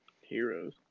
heroes